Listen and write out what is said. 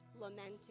lamenting